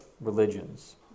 religions